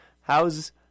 How's